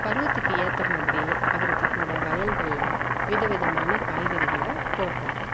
பருவத்துக்கு ஏற்ற மாதிரி அவர் தன்னோடய வயல்களில் வித விதமான காய்கறிகளை போடுகிறாரு